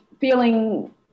feeling